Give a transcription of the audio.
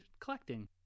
collecting